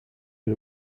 but